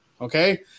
okay